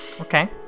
Okay